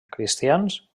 cristians